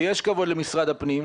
ויש כבוד למשרד הפנים,